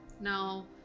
now